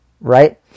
right